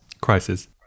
Crisis